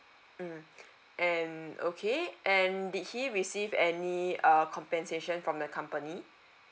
mm and okay and did he receive any err compensation from the company